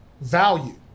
value